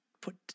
put